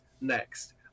next